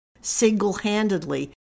single-handedly